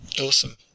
Awesome